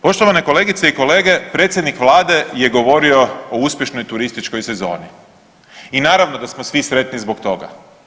Poštovane kolegice i kolege, predsjednik Vlade je govorio o uspješnoj turističkoj sezoni i naravno da smo svi sretni zbog toga.